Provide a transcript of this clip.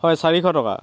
হয় চাৰিশ টকা